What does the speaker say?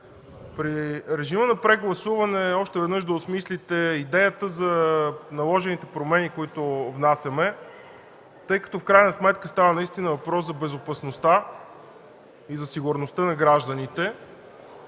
при режима на прегласуване още веднъж да осмислите идеята за наложените промени, които внасяме. В крайна сметка наистина става въпрос за безопасността и за сигурността на гражданите.